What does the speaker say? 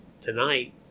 tonight